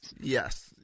Yes